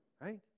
right